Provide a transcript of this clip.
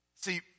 See